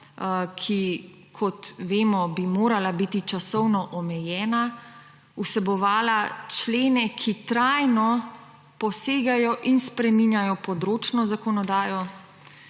ki, kot vemo, bi morala biti časovno omejena, vsebovalo člene, ki trajno posegajo in spreminjajo področno zakonodajo.